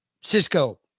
Cisco